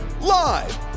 Live